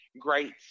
great